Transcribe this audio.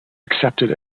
accepted